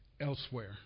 elsewhere